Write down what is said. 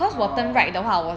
orh